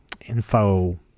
info